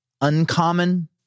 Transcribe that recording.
uncommon